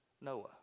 Noah